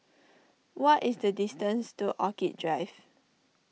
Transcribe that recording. what is the distance to Orchid Drive